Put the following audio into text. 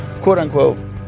quote-unquote